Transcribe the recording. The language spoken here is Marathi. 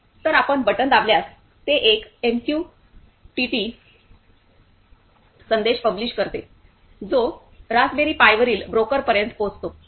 तर आपण बटण दाबल्यास ते एक एमयूसीटीटी संदेश पब्लिष करते जो रास्पबेरी पाईवरील ब्रोकर पर्यंत पोहोचतो